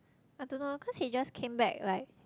I don't know cause he just came back like